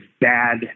bad